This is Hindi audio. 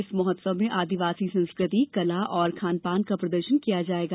इस महोत्सव में आदिवासी संस्कृति कला और खानपान का प्रदर्शन किया जायेगा